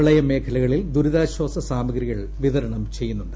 പ്രളയ മേഖ ലകളിൽ ദുരിതാശാസ സാമഗ്രികൾ വിതരണം ചെയ്യുന്നുണ്ട്